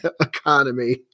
economy